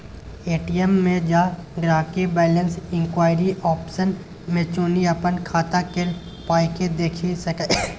ATM मे जा गांहिकी बैलैंस इंक्वायरी आप्शन के चुनि अपन खाता केल पाइकेँ देखि सकैए